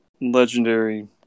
legendary